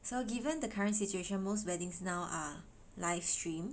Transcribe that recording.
so given the current situation most weddings now are live stream